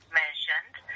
mentioned